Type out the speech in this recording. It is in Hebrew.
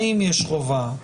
האם יש חובה,